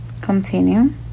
continue